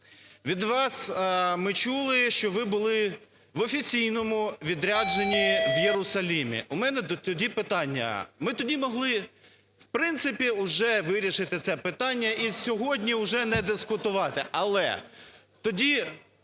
Від вас ми чули, що ви були в офіційному відрядженні в Єрусалимі. У мене тоді питання. Ми тоді могли, в принципі, уже вирішити це питання і сьогодні уже не дискутувати. Але тоді